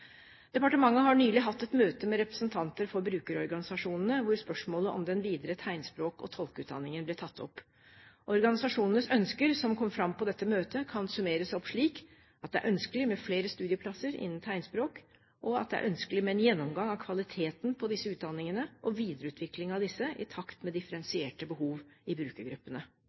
Departementet har nylig hatt et møte med representanter for brukerorganisasjonene hvor spørsmålet om den videre tegnspråk- og tolkeutdanningen ble tatt opp. Organisasjonenes ønsker som kom fram på dette møtet, kan summeres opp slik: Det er ønskelig med flere studieplasser innen tegnspråk. Det er ønskelig med en gjennomgang av kvaliteten på disse utdanningene og videreutvikling av disse i takt med differensierte behov i brukergruppene.